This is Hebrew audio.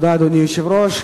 אדוני היושב-ראש,